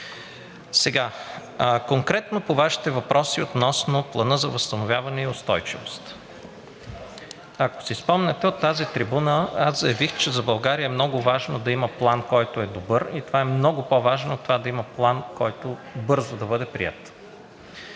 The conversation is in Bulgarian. пиар. Конкретно по Вашите въпроси относно Плана за възстановяване и устойчивост. Ако си спомняте, от тази трибуна аз заявих, че за България е много важно да има план, който е добър, и това е много по-важно от това да има план, който бързо да бъде приет.